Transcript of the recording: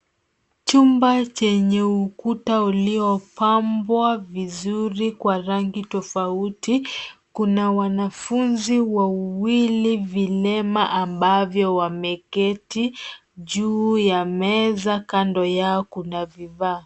Chumba chenye ukuta uliopambwa vizuri kwa rangi tofauti. Kuna wanafunzi wawili vilema ambao wameketi juu ya mezaa. Kando yao kuna vivaa.